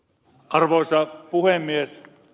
arvoisa puhemies